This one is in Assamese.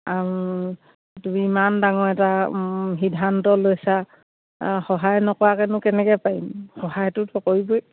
তুমি ইমান ডাঙৰ এটা সিদ্ধান্ত লৈছা অঁ সহায় নকৰাকৈনো কেনেকৈ পাৰিম সহায়টো কৰিবই